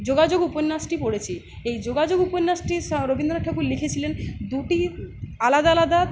যোগাযোগ উপন্যাসটি পড়েছি এই যোগাযোগ উপন্যাসটি রবীন্দ্রনাথ ঠাকুর লিখেছিলেন দুটি আলাদা আলাদা